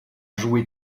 jouer